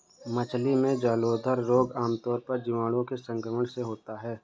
मछली में जलोदर रोग आमतौर पर जीवाणुओं के संक्रमण से होता है